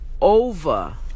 over